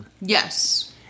Yes